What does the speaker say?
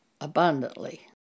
abundantly